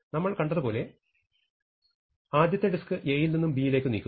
നമ്മൾ കണ്ടതുപോലെ ആദ്യത്തെ ഡിസ്ക് Aയിൽ നിന്ന് Bയിലേക്ക് നീക്കുന്നു